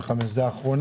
זה התקציב.